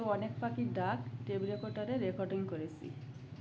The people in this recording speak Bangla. তো অনেক পাখি ডাক রেকর্ডারে রেকর্ডিং করেছি